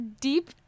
deep